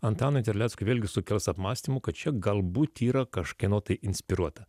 antanui terleckui vėlgi sukels apmąstymų kad čia galbūt yra kažkieno tai inspiruota